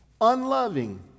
unloving